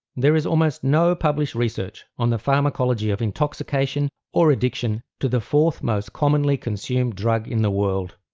there is almost no published research on the pharmacology of intoxication or addiction to the fourth most commonly consumed drug in the world.